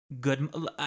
good